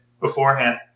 beforehand